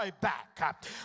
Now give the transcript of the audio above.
back